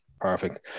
Perfect